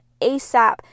ASAP